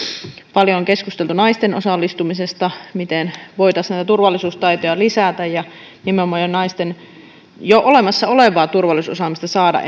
paljon on keskusteltu naisten osallistumisesta siitä miten voitaisiin näitä turvallisuustaitoja lisätä ja nimenomaan naisten jo olemassa olevaa turvallisuusosaamista saada